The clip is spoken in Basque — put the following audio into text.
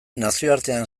nazioartean